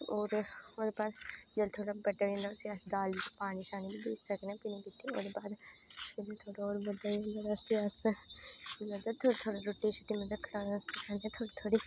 और ओहदे बाद जिसले थोह्ड़ा बड़ा होई जंदा उसी अस दाल दा पानी शानी बी देई सकने आं पीने गित्तै ओहदे बाद थोह्ड़ा और बड्डा होई जंदा उसी अस में आक्खेआ थोह्ड़ा थोह्ड़ा रुट्टी च के मतलब थोह्डा़ थोह्ड़ा